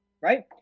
right